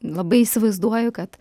labai įsivaizduoju kad